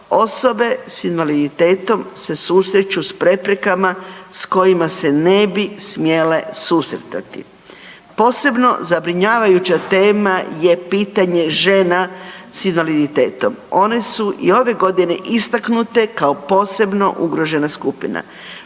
osobe s invaliditetom se susreću s preprekama s kojima se ne bi smjele susretati. Posebno zabrinjavajuća tema je pitanje žena s invaliditetom. One su i ove godine istaknute kao posebno ugrožena skupina.